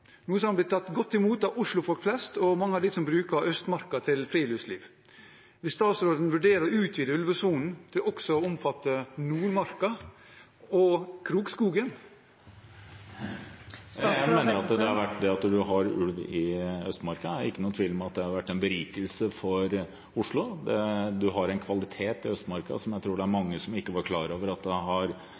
noe som er blitt tatt godt imot av Oslo-folk flest og av mange av dem som bruker Østmarka til friluftsliv. Vil statsråden vurdere å utvide ulvesonen til også å omfatte Nordmarka og Krokskogen? Jeg mener at det er ingen tvil om at det at en har ulv i Østmarka, har vært en berikelse for Oslo. Det er en kvalitet ved Østmarka som jeg tror det er mange som ikke har vært klar over